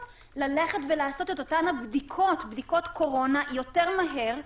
לעשות את אותן בדיקות קורונה יותר מהר,